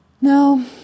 No